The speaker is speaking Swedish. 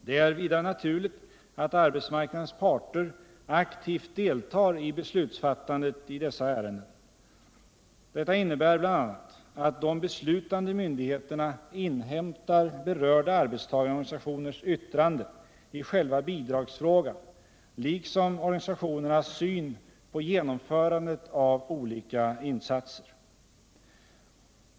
Det är vidare naturligt att arbetsmarknadens parter aktivt deltar i beslutsfattandet i dessa ärenden. Detta innebär bl.a. att de beslutande myndigheterna inhämtar berörda arbetstagarorganisationers yttrande i själva bidragsfrågan liksom organisationernas syn på genomförandet av olika insatser.